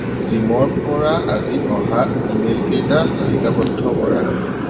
জিমৰপৰা আজি অহা ই মেইলকেইটা তালিকাবদ্ধ কৰা